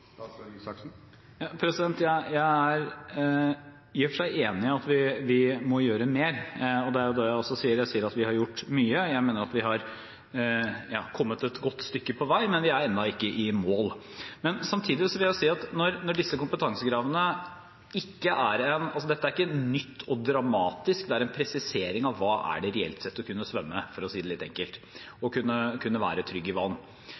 Jeg er i og for seg enig i at vi må gjøre mer, og det er jo det jeg også sier. Jeg sier at vi har gjort mye, jeg mener at vi har kommet et godt stykke på vei, men vi er ennå ikke i mål. Samtidig vil jeg si at disse kompetansekravene ikke er noe nytt og dramatisk, det er en presisering av hva det reelt sett er å kunne svømme og være trygg i vann, for å si det litt enkelt.